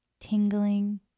Tingling